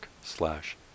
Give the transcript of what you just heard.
slash